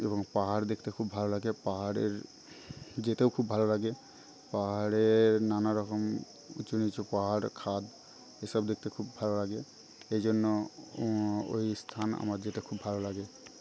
এবং পাহাড় দেখতে খুব ভালো লাগে পাহাড়ের যেতেও খুব ভালো লাগে পাহাড়ে নানারকম উঁচু নীচু পাহাড় খাদ এসব দেখতে খুব ভালো লাগে এই জন্য ওই স্থান আমার যেতে খুব ভালো লাগে